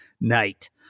night